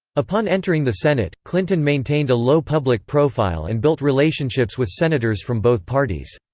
upon entering the senate, clinton maintained a low public profile and built relationships with senators from both parties.